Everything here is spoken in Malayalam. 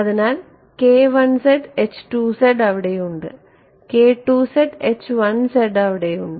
അതിനാൽ അവിടെയുണ്ട് അവിടെയുണ്ട്